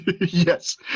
Yes